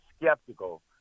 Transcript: skeptical